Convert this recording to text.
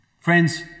Friends